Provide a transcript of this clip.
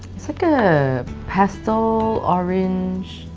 it's like a pastel. orange.